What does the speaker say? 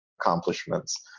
accomplishments